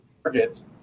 targets